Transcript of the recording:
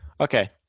Okay